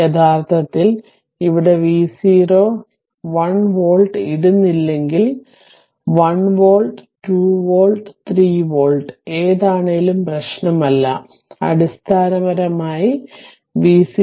യഥാർത്ഥത്തിൽ ഇവിടെ V0 1 volt ഇടുന്നില്ലെങ്കിൽ 1 വോൾട്ട് 2 വോൾട്ട് 3 വോൾട്ട് ഏതാണേലും പ്രശ്നമല്ല അടിസ്ഥാനപരമായി V0 i0